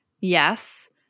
Yes